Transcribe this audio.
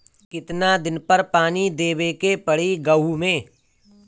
कितना दिन पर पानी देवे के पड़ी गहु में?